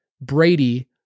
Brady